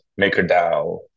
MakerDAO